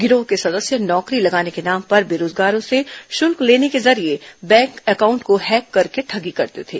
गिरोह के सदस्य नौकरी लगाने के नाम पर बेरोजगारों से शुल्क लेने के जरिए बैंक एकाउण्ट को हैक कर ठगी करते थे